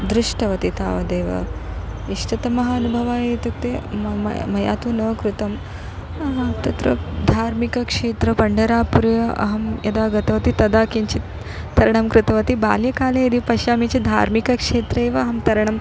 दृष्टवती तावदेव इष्टतमः अनुभवः इत्युक्ते मम मया तु न कृतं तत्र धार्मिकक्षेत्र पण्डरापुरे अहं यदा गतवती तदा किञ्चित् तरणं कृतवती बाल्यकाले यदि पश्यामि चेत् धार्मिकक्षेत्रे एव अहं तरणं